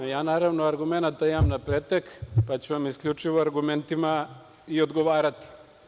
Ja, naravno, argumenata imam na pretek, pa ću vam isključivo argumentima i odgovarati.